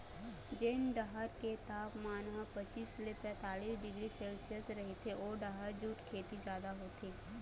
जेन डहर के तापमान ह पचीस ले पैतीस डिग्री सेल्सियस रहिथे ओ डहर जूट खेती जादा होथे